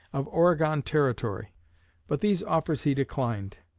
of oregon territory but these offers he declined.